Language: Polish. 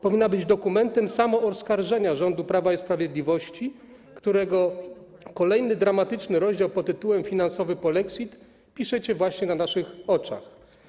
Powinna być dokumentem samooskarżenia rządu Prawa i Sprawiedliwości, którego kolejny dramatyczny rozdział pod tytułem: finansowy polexit piszecie właśnie na naszych oczach.